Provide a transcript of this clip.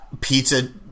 pizza